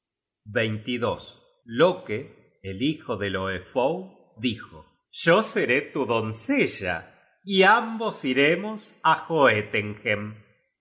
de encajes loke el hijo de loefoe dijo yo seré tu doncella y ambos iremos á